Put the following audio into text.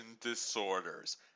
Disorders